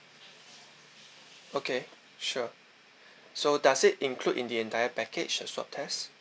okay sure so does it include in the entire package the swab test